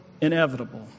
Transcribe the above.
inevitable